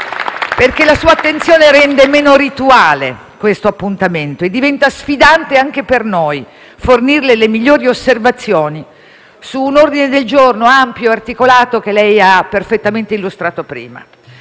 Perché la sua attenzione rende meno rituale questo appuntamento e diventa sfidante anche per noi fornirle le migliori osservazioni su un ordine del giorno ampio e articolato, che lei ha perfettamente illustrato prima,